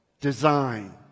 design